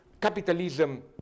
capitalism